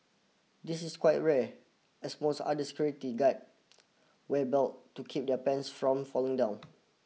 this is quite rare as most other security guard wear belt to keep their pants from falling down